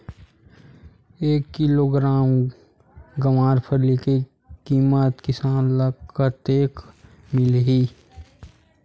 एक किलोग्राम गवारफली के किमत किसान ल कतका मिलही?